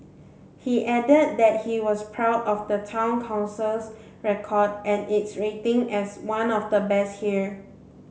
he added that he was proud of the Town Council's record and its rating as one of the best here